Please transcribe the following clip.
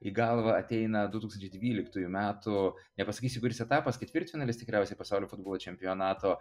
į galvą ateina du tūkstančiai dvyliktųjų metų nepasakysiu kuris etapas ketvirtfinalis tikriausiai pasaulio futbolo čempionato